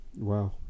Wow